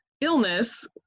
illness